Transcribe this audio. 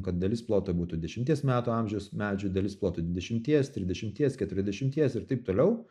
kad dalis ploto būtų dešimties metų amžiaus medžių dalis plotų dvidešimties trisdešimties keturiasdešimties ir taip toliau